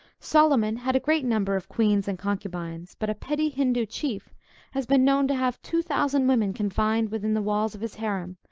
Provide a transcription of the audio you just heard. solomon had a great number of queens and concubines but a petty hindoo chief has been known to have two thousand women confined within the walls of his harem,